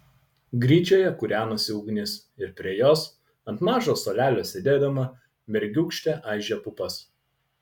gryčioje kūrenosi ugnis ir prie jos ant mažo suolelio sėdėdama mergiūkštė aižė pupas